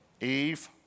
Eve